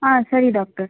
ಹಾಂ ಸರಿ ಡಾಕ್ಟರ್